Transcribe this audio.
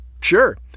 Sure